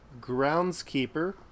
groundskeeper